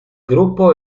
gruppo